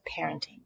parenting